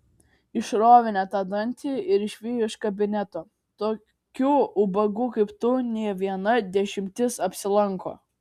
išrovė ne tą dantį ir išvijo iš kabineto tokių ubagų kaip tu ne viena dešimtis apsilanko